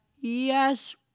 Yes